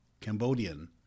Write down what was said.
Cambodian